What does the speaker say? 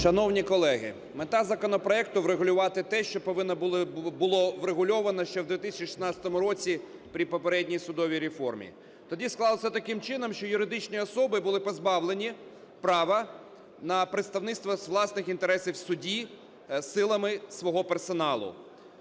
Шановні колеги, мета законопроекту – врегулювати те, що повинно було врегульоване ще в 2016 році при попередній судовій реформі. Тоді склалося таким чином, що юридичні особи були позбавлені права на представництво з власних інтересів в суді силами свого персоналу,